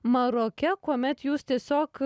maroke kuomet jūs tiesiog